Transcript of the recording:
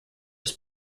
was